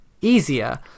easier